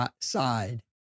side